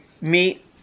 meet